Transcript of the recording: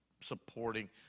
supporting